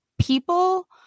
people